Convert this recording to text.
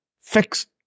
fixed